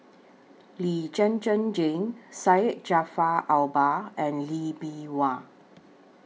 Lee Zhen Zhen Jane Syed Jaafar Albar and Lee Bee Wah